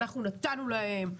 אנחנו נתנו להם,